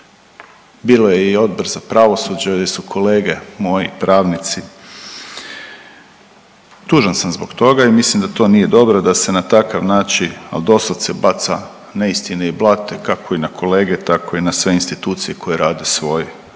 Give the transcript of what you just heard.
Bilo je i Odbor za pravosuđe gdje su kolege moji pravnici, tužan sam zbog toga i mislim da to nije dobro da se na takav način ali doslovce baca neistine i blate kako i na kolege tako i na sve institucije koje rade svoj